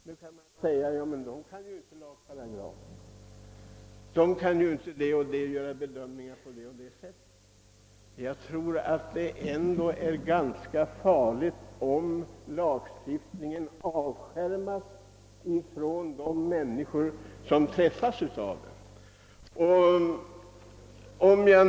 Det hävdas naturligtvis att vederbörande inte kan lagparagraferna, inte kan göra bedömningar på det och det sättet. Men jag tror att det är farligt om lagstiftningen avskärmas från de människor som berörs av den.